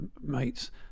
mates